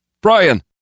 Brian